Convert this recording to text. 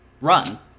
run